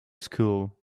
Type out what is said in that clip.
school